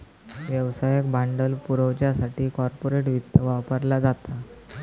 व्यवसायाक भांडवल पुरवच्यासाठी कॉर्पोरेट वित्त वापरला जाता